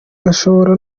gashobora